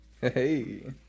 Hey